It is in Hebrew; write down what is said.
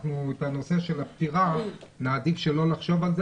את הנושא של הפטירה נעדיף שלא לחשוב על זה